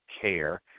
Care